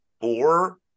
four